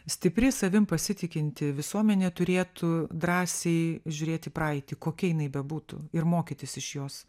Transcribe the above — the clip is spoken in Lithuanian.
stipri savim pasitikinti visuomenė turėtų drąsiai žiūrėti į praeitį kokia jinai bebūtų ir mokytis iš jos